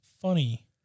Funny